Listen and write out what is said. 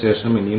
ചില ഉറവിടങ്ങൾ